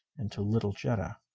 and to little jetta!